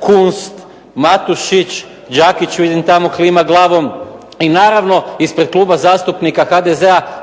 Kunst, Matušić, Đakić vidim tamo klima glavom i naravno ispred Kluba zastupnika HDZ-a